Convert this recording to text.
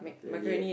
Italian